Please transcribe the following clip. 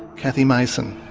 cathy mason.